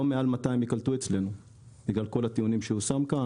לא מעל ל-200 עובדים יקלטו אצלנו בגלל כל הטיעונים שהוא הראה כאן,